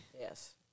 Yes